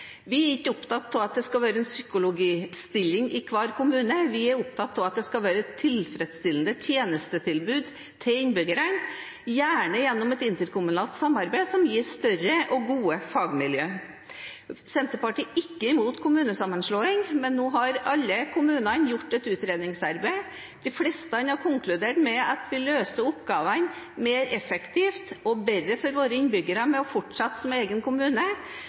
Vi er ikke opptatt av at det skal være en psykologstilling i hver kommune. Vi er opptatt av at det skal være tilfredsstillende tjenestetilbud til innbyggerne, gjerne gjennom et interkommunalt samarbeid, som gir større og gode fagmiljøer. Senterpartiet er ikke imot kommunesammenslåing. Nå har alle kommunene gjort et utredningsarbeid. De fleste har konkludert med at de løser oppgavene mer effektivt og bedre for sine innbyggere ved å fortsette som egen kommune.